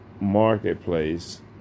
marketplace